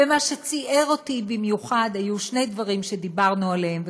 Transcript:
מה שציער אותי במיוחד היו שני דברים שדיברנו עליהם,